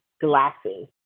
glasses